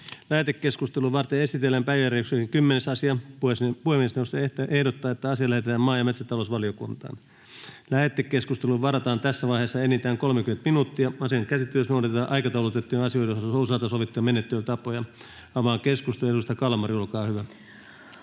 Lähetekeskustelua varten esitellään päiväjärjestyksen 13. asia. Puhemiesneuvosto ehdottaa, että asia lähetetään maa- ja metsätalousvaliokuntaan. Lähetekeskusteluun varataan tässä vaiheessa enintään 30 minuuttia. Asian käsittelyssä noudatetaan aikataulutettujen asioiden osalta sovittuja menettelytapoja. — Avaan keskustelun. Edustaja Kiviranta, olkaa hyvä.